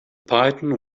python